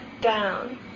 down